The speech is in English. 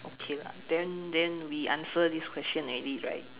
okay lah then then we answer this question already right